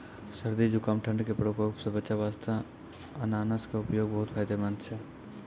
सर्दी, जुकाम, ठंड के प्रकोप सॅ बचै वास्तॅ अनानस के उपयोग बहुत फायदेमंद छै